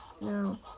No